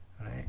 Right